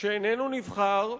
שאיננו נבחר,